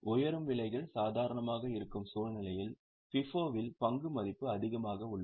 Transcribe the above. உயரும் விலைகள் சாதாரணமாக இருக்கும் சூழ்நிலையில் FIFO வில் பங்கு மதிப்பு அதிகமாக உள்ளது